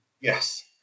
Yes